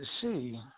see